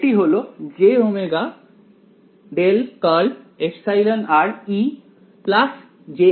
এটি হল εr